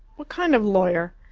what kind of lawyer?